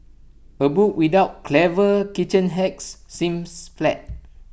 A book without clever kitchen hacks seems flat